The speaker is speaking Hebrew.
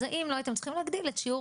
אז האם לא הייתם צריכים להגדיל את שיעור